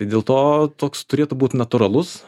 tai dėl to toks turėtų būt natūralus